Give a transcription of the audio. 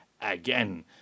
again